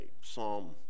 Psalm